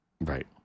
Right